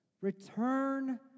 Return